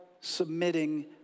submitting